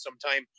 sometime